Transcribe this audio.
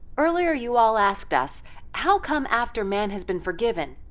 earlier you all asked us how come after man has been forgiven,